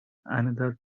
another